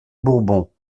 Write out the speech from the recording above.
bourbons